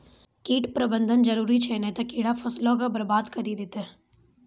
कीट प्रबंधन जरुरी छै नै त कीड़ा फसलो के बरबाद करि देतै